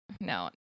no